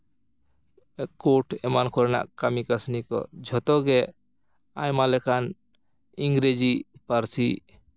court ᱮᱢᱟᱱ ᱠᱚᱨᱮᱱᱟᱜ ᱠᱟᱹᱢᱤ ᱠᱟᱹᱥᱱᱤ ᱠᱚ ᱡᱷᱚᱛᱚ ᱜᱮ ᱟᱭᱢᱟ ᱞᱮᱠᱟᱱ ᱤᱝᱨᱮᱹᱡᱤ ᱯᱟᱹᱨᱥᱤ